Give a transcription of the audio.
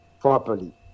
properly